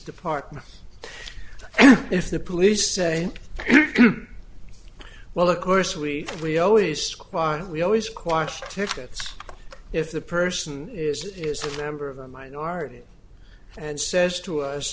department if the police say well of course we we always squire we always squashed tickets if the person is is a member of a minority and says to us